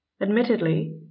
Admittedly